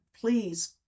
please